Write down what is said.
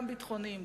גם ביטחוניים,